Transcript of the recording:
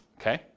Okay